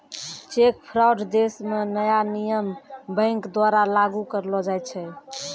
cheque fraud देश म नया नियम बैंक द्वारा लागू करलो जाय छै